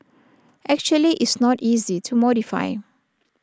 actually it's not easy to modify